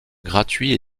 gratuit